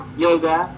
yoga